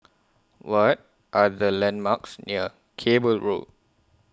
What Are The landmarks near Cable Road